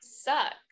suck